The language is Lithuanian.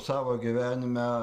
savo gyvenime